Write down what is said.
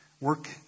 work